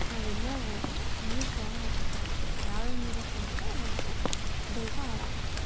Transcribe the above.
ನಾವೆಲ್ಲೇ ಹೋದ್ರೂ ನೀರು ತೊಗೊಂಡು ಹೋಗಬೇಕಾಗುತ್ತೆ ಯಾವ್ಯಾವ ನೀರೋ ಕುಡಿದ್ರೆ ಹೆಲ್ತು ಬೇಗ ಹಾಳಾಗುತ್ತೆ